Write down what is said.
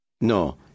No